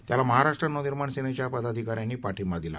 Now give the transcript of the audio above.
त्याला महाराष्ट्र नवनिर्माण सेनेच्या पदाधिकाऱ्यांनी पाठिंबा दिला